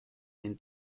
den